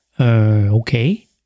Okay